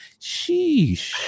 Sheesh